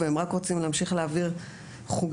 ורק רוצים להמשיך ולהעביר חוגים,